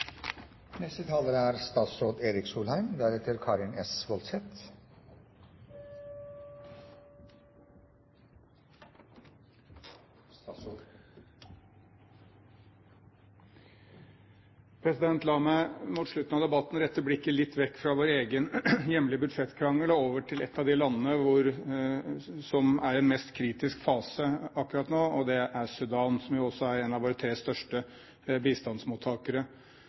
La meg mot slutten av debatten flytte blikket litt vekk fra vår egen hjemlige budsjettkrangel og over til et av de landene som er i den mest kritiske fase akkurat nå. Det er Sudan, som også er en av våre tre største bistandsmottakere.